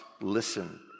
listen